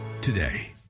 today